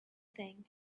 thing